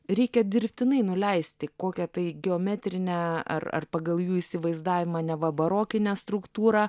reikia dirbtinai nuleisti kokią tai geometrinę ar ar pagal jų įsivaizdavimą neva barokinę struktūrą